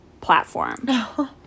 platform